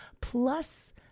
plus